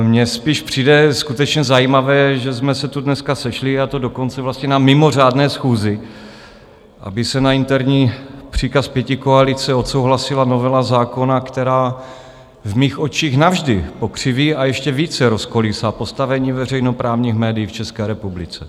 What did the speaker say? Mně spíš přijde skutečně zajímavé, že jsme se tu dneska sešli, a to dokonce vlastně na mimořádné schůzi, aby se na interní příkaz pětikoalice odsouhlasila novela zákona, která v mých očích navždy pokřiví a ještě více rozkolísá postavení veřejnoprávních médií v České republice.